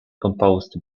composed